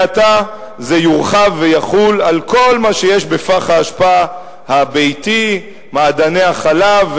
ומעתה זה יורחב ויחול על כל מה שיש בפח האשפה הביתי: מעדני החלב,